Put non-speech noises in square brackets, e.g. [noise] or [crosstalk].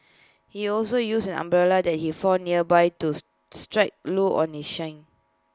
he also used an umbrella that he found nearby to [hesitation] strike Loo on his shin